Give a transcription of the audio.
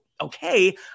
Okay